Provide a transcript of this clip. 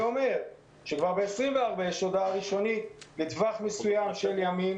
שכבר ב-24 בפברואר יצאה הודעה ראשונית בטווח מסוים של ימים,